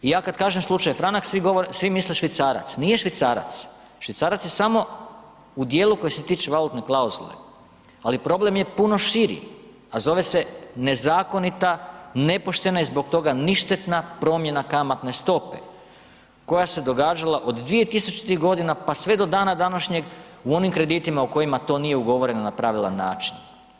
I ja kad kažem slučaj franak svi misle švicarac, nije švicarac, švicarac je samo u dijelu koji se tiče valutne klauzule, ali problem je puno širi, a zove se nezakonita, nepoštena i zbog toga ništetna promjena kamatne stope koja se događala od 2000. godina pa sve do dana današnjeg u onim kreditima u kojima to nije ugovoreno na pravilan način.